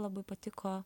labai patiko